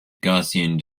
gaussian